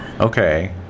Okay